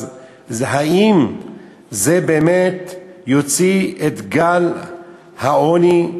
אז האם זה באמת יוציא את גל העוני?